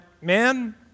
Man